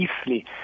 easily